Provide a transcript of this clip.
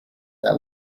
their